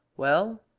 well,